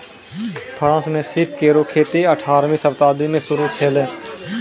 France म सीप केरो खेती अठारहवीं शताब्दी में शुरू भेलै